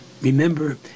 remember